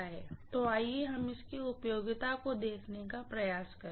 तो आइए हम इसकी उपयोगिता को देखने का प्रयास करें